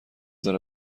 داره